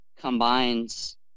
combines